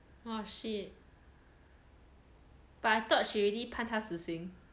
!wah! shit but I thought she already 判他死刑